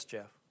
Jeff